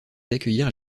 d’accueillir